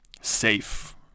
safe